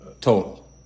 Total